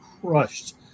crushed